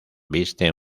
viste